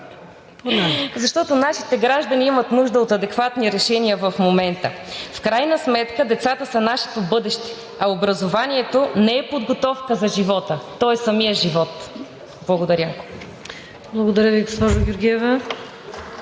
защото нашите граждани имат нужда от адекватни решения в момента. В крайна сметка децата са нашето бъдеще, а образованието не е подготовка за живота, то е самият живот. Благодаря. ПРЕДСЕДАТЕЛ ВИКТОРИЯ